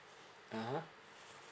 ah ha